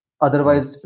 Otherwise